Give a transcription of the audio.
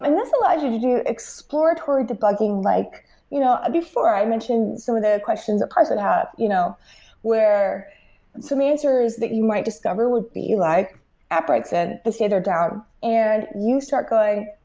and this allows you to do exploratory debugging like you know ah before, i mentioned of the questions that parse would have, you know where some answers that you might discover would be like apps writes in, they say they're down, and you start going,